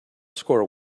score